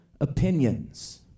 opinions